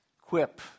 quip